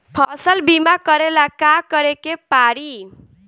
फसल बिमा करेला का करेके पारी?